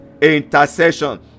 intercession